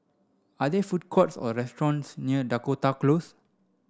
are there food courts or restaurants near Dakota Close